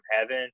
heaven